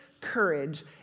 courage